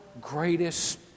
greatest